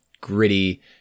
gritty